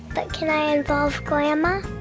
but can i involve grandma?